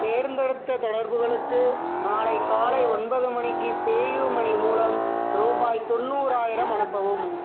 தேர்ந்தெடுத்த தொடர்புகளுக்கு நாளை காலை ஒன்பது மணிக்கு பேயூமனி மூலம் ரூபாய் தொண்ணுறாயிரம் அனுப்பவும்